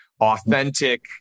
authentic